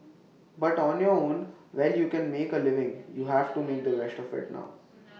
but on your own well you can make A living you have to make the best of IT now